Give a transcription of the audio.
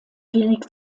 wenig